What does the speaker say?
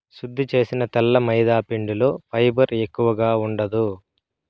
శుద్ది చేసిన తెల్ల మైదాపిండిలో ఫైబర్ ఎక్కువగా ఉండదు